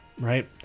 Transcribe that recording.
right